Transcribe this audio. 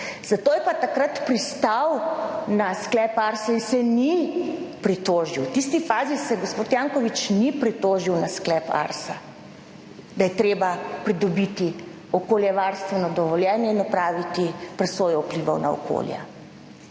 zato je pa takrat pristal na sklep ARSO, in se ni pritožil. V tisti fazi se gospod Janković ni pritožil na sklep ARSO, da je treba pridobiti okoljevarstveno dovoljenje in opraviti presojo vplivov na okolje.